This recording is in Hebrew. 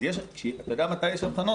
אתה יודע מתי יש אבחנות?